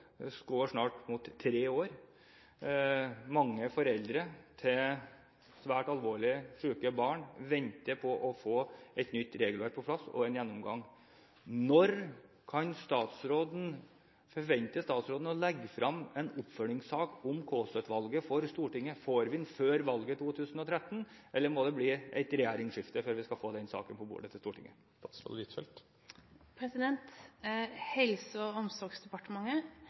måneder. Snart er det tre år. Mange foreldre med svært alvorlig syke barn venter på å få et nytt regelverk på plass og en gjennomgang. Når forventer statsråden å legge frem en oppfølgingssak om Kaasa-utvalget for Stortinget? Får vi den før valget i 2013, eller må det bli et regjeringsskifte før vi får den saken på bordet til Stortinget? Helse- og omsorgsdepartementet